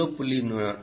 இது 0